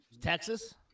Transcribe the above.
Texas